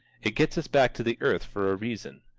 it gets us back to the earth for a reason.